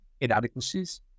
inadequacies